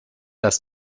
das